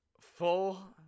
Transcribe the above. Full